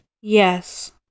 Yes